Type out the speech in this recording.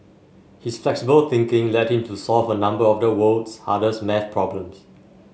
his flexible thinking led him to solve a number of the world's hardest maths problems